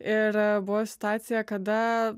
ir buvo situacija kada